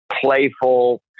playful